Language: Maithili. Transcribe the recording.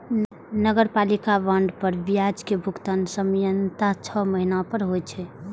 नगरपालिका बांड पर ब्याज के भुगतान सामान्यतः छह महीना पर होइ छै